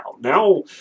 Now